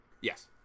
Yes